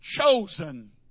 chosen